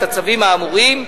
את הצווים האמורים.